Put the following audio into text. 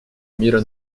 мира